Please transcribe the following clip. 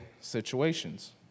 situations